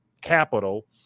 capital